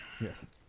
Yes